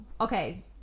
okay